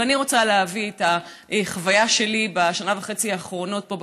ואני רוצה להביא את החוויה שלי בשנה וחצי האחרונות פה,